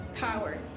power